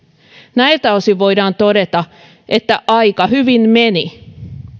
näiltä osin voidaan todeta että aika hyvin meni